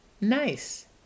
Nice